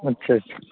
اچھا اچھا